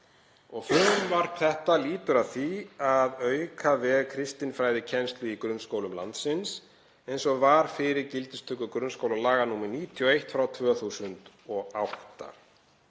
Frumvarp þetta lýtur að því að auka veg kristinfræðikennslu í grunnskólum landsins eins og var fyrir gildistöku grunnskólalaga, nr. 91/2008.